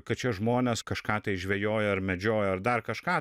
kad čia žmonės kažką tai žvejoja ar medžioja ir dar kažką